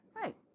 right